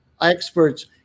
experts